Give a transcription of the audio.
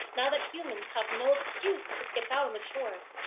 now that humans have no excuse to skip out on the chores,